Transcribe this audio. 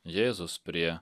jėzus prie